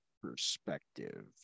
perspective